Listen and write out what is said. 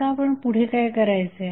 आता आपण पुढे काय करायचे